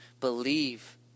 believe